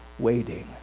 waiting